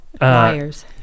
Liars